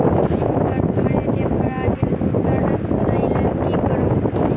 Sir हम्मर ATM हरा गइलए दोसर लईलैल की करऽ परतै?